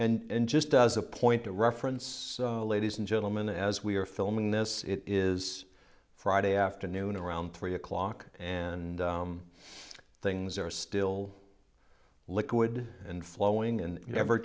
right and just does a point of reference so ladies and gentlemen as we are filming this it is friday afternoon around three o'clock and things are still liquid and flowing and ever